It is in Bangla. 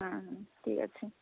হ্যাঁ হ্যাঁ ঠিক আছি